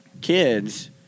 kids